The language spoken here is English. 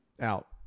Out